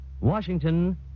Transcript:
Washington